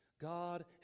God